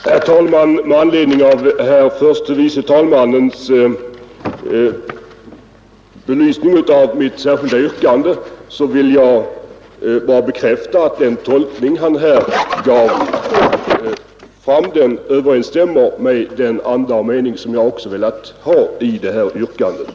Herr talman! Med anledning av herr förste vice talmannen Bengtsons belysning av mitt särskilda yrkande vill jag bara bekräfta att den tolkning han här gav överensstämmer med den anda och mening som jag velat ha i yrkandet.